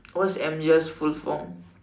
what's M_G_R's full form